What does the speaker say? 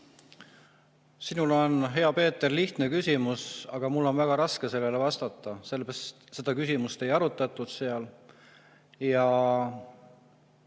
Sinul on, hea Peeter, lihtne küsimus, aga mul on väga raske sellele vastata. Me seda küsimust ei arutatud ja